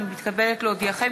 אני מתכבדת להודיעכם,